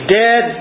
dead